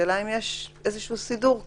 השאלה היא האם יש איזשהו סידור כזה.